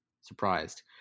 surprised